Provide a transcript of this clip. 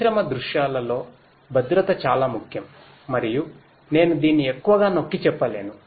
పరిశ్రమ దృశ్యాలలో భద్రత చాలా ముఖ్యం మరియు నేను దీన్ని ఎక్కువగా నొక్కి చెప్పలేను